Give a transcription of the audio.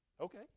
Okay